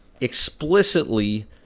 explicitly